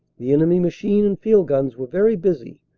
the enemy machine and field guns were very busy,